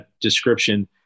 description